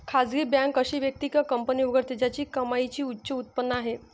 खासगी बँक अशी व्यक्ती किंवा कंपनी उघडते ज्याची कमाईची उच्च उत्पन्न आहे